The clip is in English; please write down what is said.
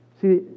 See